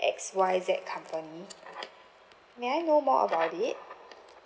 X Y Z company may I know more about it